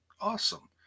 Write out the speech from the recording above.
Awesome